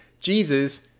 Jesus